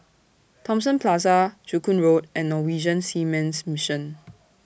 Thomson Plaza Joo Koon Road and Norwegian Seamen's Mission